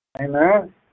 Amen